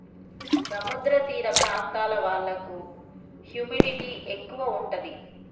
సముద్ర తీర ప్రాంతాల వాళ్లకు హ్యూమిడిటీ ఎక్కువ ఉంటది